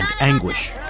anguish